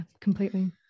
completely